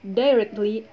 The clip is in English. directly